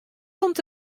komt